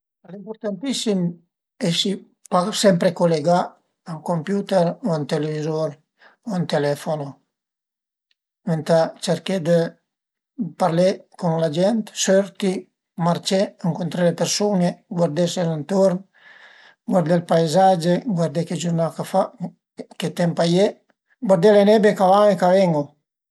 Al e impurtantissim pa esi sempre culegà a ün computer o a ün televizur o a ün telefono, venta cerché dë parlé cun la gent, sörti, marcé, ëncuntré le persun-e, guardese danturn, guardé ël paizage, guardé che giurnà ch'a fa, che temp a ie, guardé le nebie ch'a van e ch'a ven-u